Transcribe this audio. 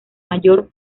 mayor